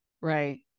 Right